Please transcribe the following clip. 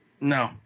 No